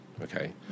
okay